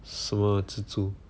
什么蜘蛛